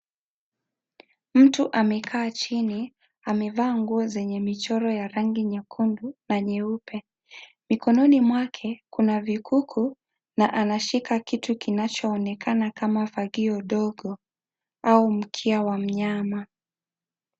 Mtu amekaa chini amevaa nguo zenye michoro ya rangi nyekundu na nyeupe. Mikononi mwake kuna vikuku na anashika kitu kinachoonekana kama fagio ndogo au mkia wa mnyama.